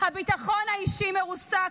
הביטחון האישי מרוסק,